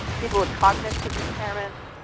people with cognitive impairments.